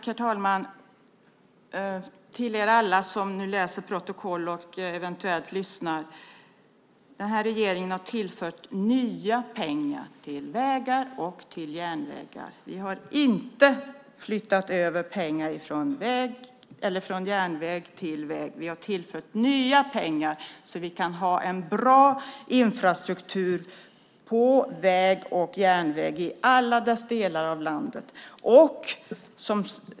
Herr talman! Till alla er som läser protokollet och eventuellt lyssnar vill jag säga följande: Den här regeringen har tillfört nya pengar till vägar och till järnvägar. Vi har inte flyttat över pengar från järnväg till väg. Vi har tillfört nya pengar så att vi kan ha en bra infrastruktur i fråga om väg och järnväg i alla delar av landet.